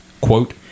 quote